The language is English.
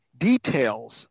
details